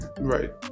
Right